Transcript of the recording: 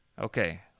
okay